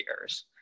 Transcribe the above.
years